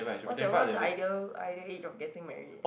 what's your what's your ideal ideal age of getting married